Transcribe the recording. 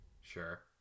Sure